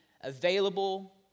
available